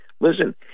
listen –